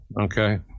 okay